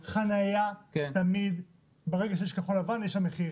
חנייה תמיד ברגע שיש כחול לבן יש שם מחיר.